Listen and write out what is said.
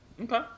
Okay